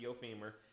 femur